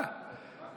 אין סחר-מכר.